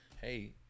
hey